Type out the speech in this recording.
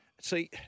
See